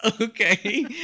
Okay